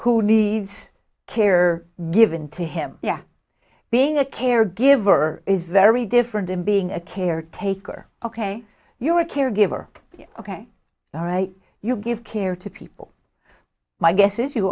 who needs care given to him yeah being a caregiver is very different than being a caretaker ok you're a caregiver ok all right you give care to people my guess is you